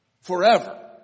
forever